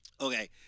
Okay